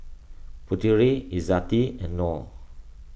Putera Izzati and Noah